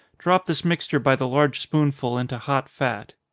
drop this mixture by the large spoonful into hot fat.